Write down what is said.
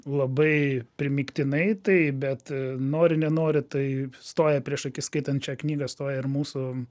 labai primygtinai taip bet nori nenori tai stoja prieš akis skaitant šią knygą stoja ir mūsų